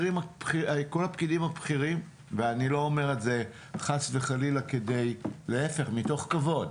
כל הפקידים הבכירים ואני אומר את זה מתוך כבוד.